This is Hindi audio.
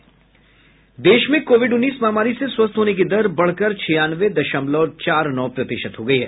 देश में कोविड उन्नीस महामारी से स्वस्थ होने की दर बढ़कर छियानवे दशमलव चार नौ प्रतिशत हो गई है